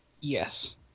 Yes